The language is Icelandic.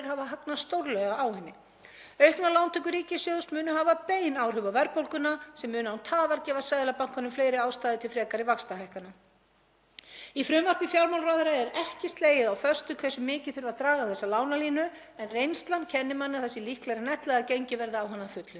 Í frumvarpi fjármálaráðherra er því ekki slegið föstu hversu mikið þurfi að draga á þessa lánalínu en reynslan kennir manni að það sé líklegra en ella að gengið verði á hana að fullu. Það er hægt að vinna þetta með öðrum hætti, t.d. með því að skattleggja þann gríðarlega hagnað sem stórfyrirtæki hafa sýnt á undanförnum árum með einhverjum hætti.